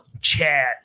chat